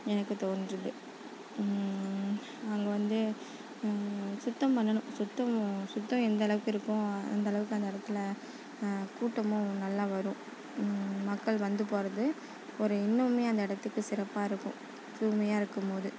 எனக்கு தோன்றுது அங்கே வந்து சுத்தம் பண்ணணும் சுத்தம் சுத்தம் எந்தளவுக்கு இருக்கோ அந்தளவுக்கு அந்த இடத்துல கூட்டமும் நல்லா வரும் மக்கள் வந்து போகிறது ஒரு இன்னமுமே அந்த இடத்துக்கு சிறப்பாக இருக்கும் தூய்மையாக இருக்கும்போது